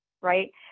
right